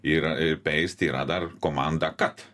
yra ir peist yra dar komanda kat